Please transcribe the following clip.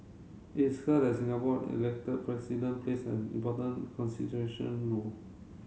it is that Singapore elected President plays an important consideration rule